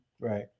Right